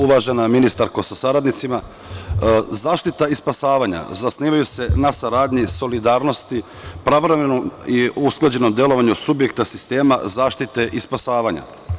Uvažena ministarko sa saradnicima, zaštita i spasavanja zasnivaju se na saradnji solidarnosti, pravovremenom i usklađenom delovanju subjekta sistema zaštite i spasavanja.